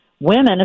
Women